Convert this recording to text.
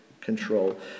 control